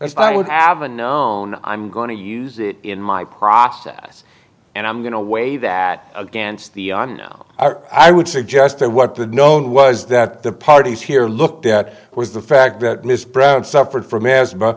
as i would have a known i'm going to use it in my process and i'm going to weigh that against the on now i would suggest that what the known was that the parties here looked at was the fact that miss brown suffered from asthma